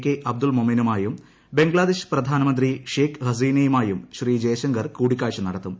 K Abdul മൊമെനുമായും ബംഗ്ലാദേശ് പ്രധാനമന്ത്രി ഷേയ്ഖ് ഹസീനയുമായും ശ്രീ ജയശങ്കർ കൂടിക്കാഴ്ച നടത്തും